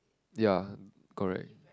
ya correct